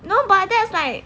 no but that's like